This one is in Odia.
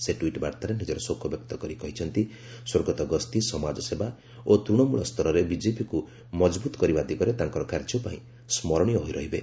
ସେ ଟ୍ୱିଟ୍ ବାର୍ତ୍ତାରେ ନିଜର ଶୋକ ବ୍ୟକ୍ତ କରି କହିଛନ୍ତି ସ୍ୱର୍ଗତ ଗସ୍ତି ସମାଜସେବା ଓ ତୃଣମୂଳ ସ୍ତରରେ ବିଜେପିକୁ ମଜବୁତ୍ କରିବା ଦିଗରେ ତାଙ୍କର କାର୍ଯ୍ୟପାଇଁ ସ୍କରଣୀୟ ହୋଇ ରହିବେ